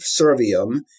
servium